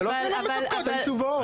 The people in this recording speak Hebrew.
יש תשובות.